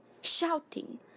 shouting